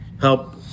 help